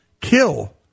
kill